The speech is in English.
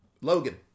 Logan